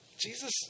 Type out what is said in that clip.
Jesus